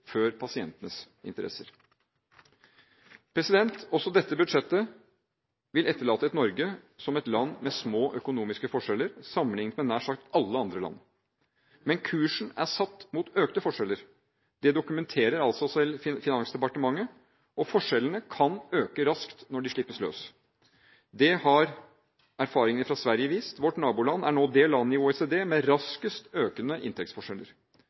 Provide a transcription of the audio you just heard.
før pasientenes interesser. Også dette budsjettet vil etterlate Norge som et land med små økonomiske forskjeller sammenliknet med nær sagt alle andre land. Men kursen er satt mot økte forskjeller – det dokumenterer selv Finansdepartementet – og forskjellene kan øke raskt når de slippes løs. Det har erfaringene fra Sverige vist. Vårt naboland er nå det landet i OECD med raskest økende inntektsforskjeller.